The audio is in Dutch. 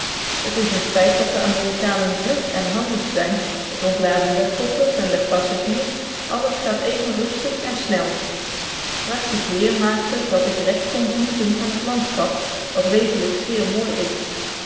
het is een feit dat de amerikanen vlug en handig zijn t ontladen der koffers en der passagiers alles gaat even rustig en snel prachtig weer maakte dat ik recht kon genieten van het landschap dat wezenlijk zeer mooi is